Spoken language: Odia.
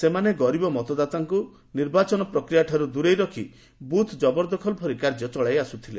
ସେମାନେ ଗରିବ ମତଦାତାମାନଙ୍କୁ ନିର୍ବାଚନ ପ୍ରକ୍ରିୟାଠାରୁ ଦୂରେଇ ରଖି ବୁଥ୍ ଜବରଦଖଲ ଭଳି କାର୍ଯ୍ୟ ଚଳାଇ ଆସୁଥିଲେ